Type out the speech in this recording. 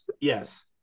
Yes